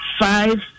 Five